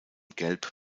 gelb